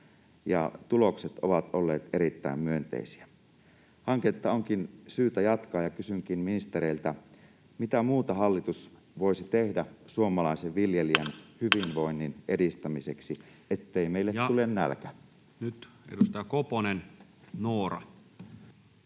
tulokset ovat olleet erittäin myönteisiä. Hanketta onkin syytä jatkaa, ja kysynkin ministereiltä: mitä muuta hallitus voisi tehdä suomalaisen viljelijän hyvinvoinnin edistämiseksi, ettei meille tule nälkä? [Speech 193] Speaker: